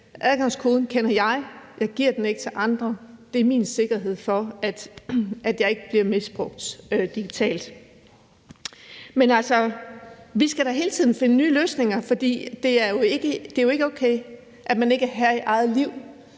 adgangskoden kender jeg, og jeg giver den ikke til andre. Det er min sikkerhed for, at jeg ikke bliver misbrugt digitalt. Vi skal da hele tiden finde nye løsninger, for det er jo ikke okay, at man ikke er herre i eget liv,